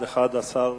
בעד, 11,